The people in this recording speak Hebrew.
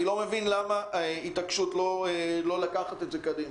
אני לא מבין למה ההתעקשות לא לקחת את זה קדימה.